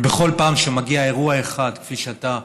אבל בכל פעם שמגיע אירוע אחד, כפי שאתה